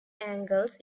angles